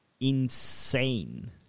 insane